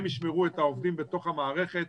הם ישמרו את העובדים בתוך המערכת,